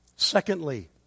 Secondly